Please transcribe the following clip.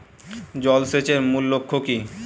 জল সেচের মূল লক্ষ্য কী?